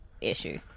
issue